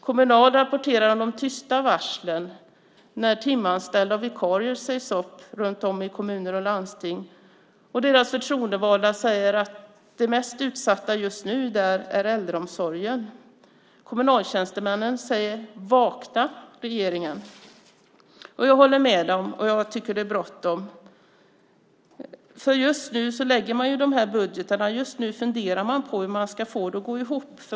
Kommunal rapporterar om de tysta varslen när timanställda och vikarier sägs upp runt om i kommuner och landsting. Deras förtroendevalda säger att det mest utsatta just nu är äldreomsorgen. Kommunaltjänstemännen säger: Vakna, regeringen! Jag håller med dem och tycker att det är bråttom. Just nu lägger man fram budgeterna och funderar på hur man ska få det att gå ihop.